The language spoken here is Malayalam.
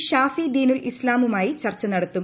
ഷാഫി ദീനുൽ ഇസ്ലാമുമായി ചർച്ച നടത്തും